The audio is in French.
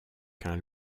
qu’un